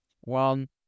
one